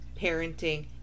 parenting